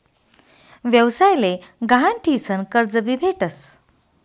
व्यवसाय ले गहाण ठीसन कर्ज भी भेटस